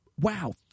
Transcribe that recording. wow